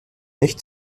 nicht